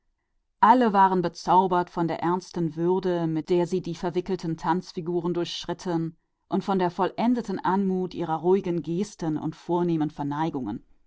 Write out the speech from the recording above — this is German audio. alle waren bezaubert von der ernsten würde mit der sie sich durch die verschlungenen figuren des tanzes bewegten und von der erlesenen anmut ihrer langsamen gesten und